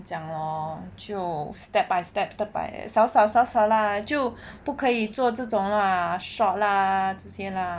这样咯就 step by step 少少少少啦就不可以做这种 lah shot 啦这些 lah